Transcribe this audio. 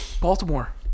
Baltimore